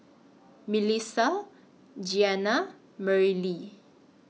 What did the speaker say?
Milissa Giana and Merrilee